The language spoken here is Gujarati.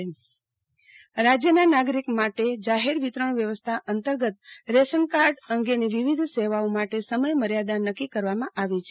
આરતી ભદ્દ રાશનકાર્ડ સમય મર્યાદા રાજ્યના નાગરિકો માટે જાહેર વિતરણ વ્યવસ્થા અંતર્ગત રેશનકાર્ડ અંગેની વિવિધ સેવાઓ માટે સમય મર્યાદા નક્કી કરવામાં આવી છે